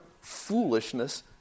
foolishness